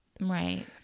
Right